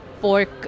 pork